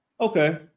Okay